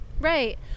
right